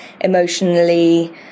emotionally